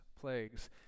plagues